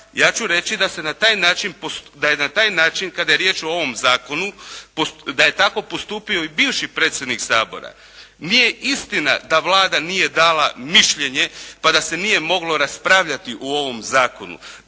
ja ću reći da je na taj način kada je riječ o ovom zakonu, da je tako postupio i bivši predsjednik Sabora. Nije istina da Vlada nije dala mišljenje pa da se nije moglo raspravljati o ovom zakonu.